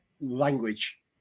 language